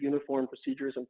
uniform procedures and